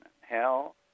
hell